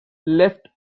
left